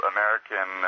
American